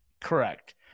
Correct